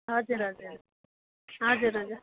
हजुर हजुर हजुर हजुर